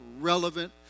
relevant